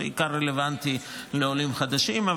זה בעיקר רלוונטי לעולים חדשים,